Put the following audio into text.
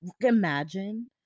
imagine